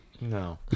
no